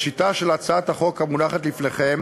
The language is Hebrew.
ראשיתה של הצעת החוק המונחת לפניכם